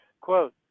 Quote